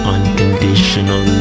Unconditional